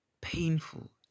painful